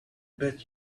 bet